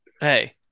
Hey